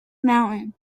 mountain